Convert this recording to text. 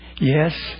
Yes